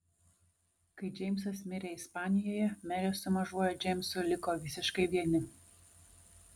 kai džeimsas mirė ispanijoje merė su mažuoju džeimsu liko visiškai vieni